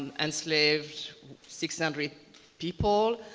and enslaved six hundred people,